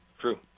true